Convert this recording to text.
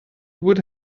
would